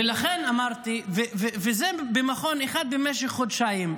ולכן אמרתי, וזה במכון אחד במשך חודשיים.